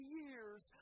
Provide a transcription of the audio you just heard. years